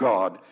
God